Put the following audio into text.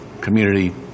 community